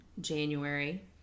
January